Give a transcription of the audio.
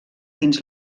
dins